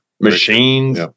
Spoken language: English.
machines